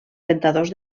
rentadors